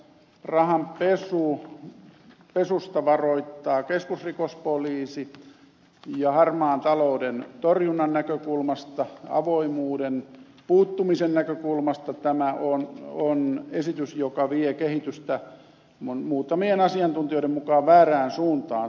rahan pesusta varoittaa keskusrikospoliisi ja harmaan talouden torjunnan näkökulmasta avoimuuden puuttumisen näkökulmasta tämä on esitys joka vie kehitystä muutamien asiantuntijoiden mukaan väärään suuntaan